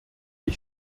ich